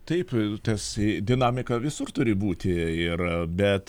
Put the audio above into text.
taip tas dinamika visur turi būti ir bet